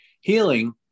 Healing